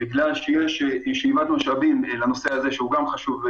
בגלל שיש --- משאבים לנושא הזה שהוא גם חשוב,